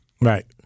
right